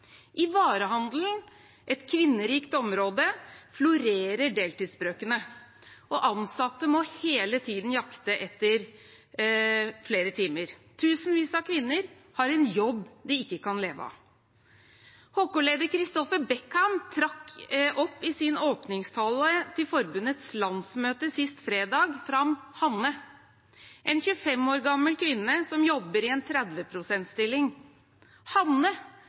I varehandelen, et kvinnerikt område, florerer deltidsbrøkene, og ansatte må hele tiden jakte etter flere timer. Tusenvis av kvinner har en jobb de ikke kan leve av. HK-leder Christopher Beckham trakk i sin åpningstale til forbundets landsmøte sist fredag fram Hanne – en 25 år gammel kvinne som jobber i en